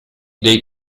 dei